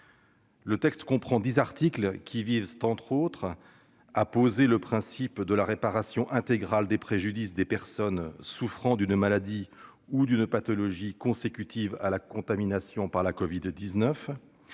Ce texte comprend dix articles. L'article 1 pose le principe de la réparation intégrale des préjudices des personnes souffrant d'une maladie ou d'une pathologie consécutive à la contamination par le virus